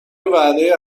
وعده